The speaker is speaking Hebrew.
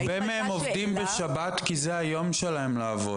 הרבה מהם עובדים בשבת כי זה היום שבו הם יכולים לעבוד.